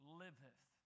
liveth